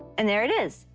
and there it is.